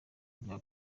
ryo